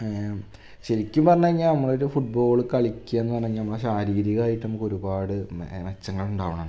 ശരിക്കും പറഞ്ഞു കഴിഞ്ഞാൽ നമ്മളൊരു ഫുട്ബോൾ കളിയ്ക്കുകയെന്നു പറഞ്ഞാൽ നമ്മളെ ശാരീരികായിട്ട് നമുക്കൊരുപാട് മെ മെച്ചങ്ങളുണ്ടാകണം